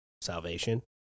salvation